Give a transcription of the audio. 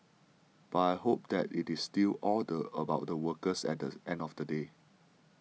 but I hope that it is still all the about the workers at the end of the day